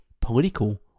political